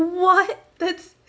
what that's